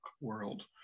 world